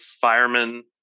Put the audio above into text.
firemen